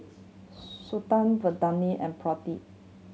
Santha Vandana and Pradip